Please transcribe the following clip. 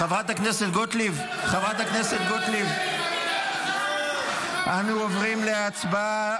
אתם לא תגידו שאנחנו עושים טבח בעזה,